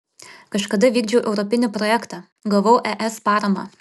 kažkada vykdžiau europinį projektą gavau es paramą